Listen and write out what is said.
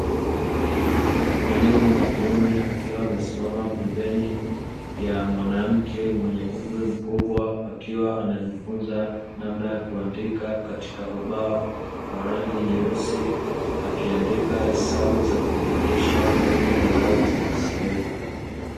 Mwalimu wa kiume akiwa amesimama pembeni ya mwanamke mwenye umri mkubwa akiwa anajifunza namna ya kuandika katika ubao wa rangi nyeusi akiandika hesabu za kujumlisha pamoja na irabu za kiswahili.